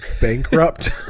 Bankrupt